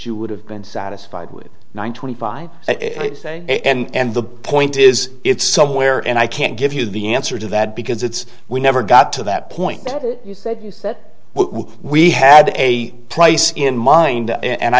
you would have been satisfied with one twenty five and the point is it's somewhere and i can't give you the answer to that because it's we never got to that point you said that we had a price in mind and i